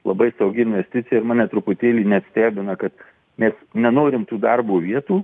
labai saugi investicija ir mane truputėlį net stebina kad mes nenorim tų darbo vietų